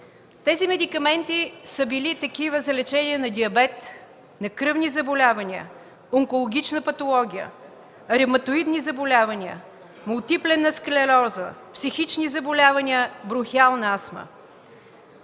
Тези медикаменти са били за лечение на диабет, на кръвни заболявания, онкологична патология, ревматоидни заболявания, мултипленна склероза, психични заболявания, бронхиална астма.